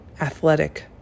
athletic